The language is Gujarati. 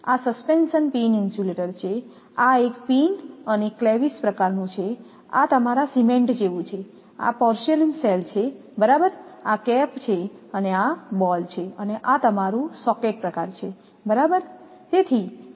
આ સસ્પેન્શન પિન ઇન્સ્યુલેટર છે આ એક પિન અને ક્લેવીસ પ્રકારનું છે આ તમારા સિમેન્ટ જેવું જ છે આ પોર્સેલેઇન સેલ છે બરાબર આ કેપ છે અને આ બોલ છે અને આ તમારું સોકેટ પ્રકાર છે બરાબર